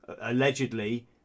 allegedly